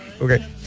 Okay